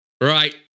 right